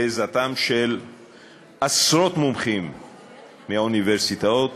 בעזרת עשרות מומחים מהאוניברסיטאות,